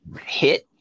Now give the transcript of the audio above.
hit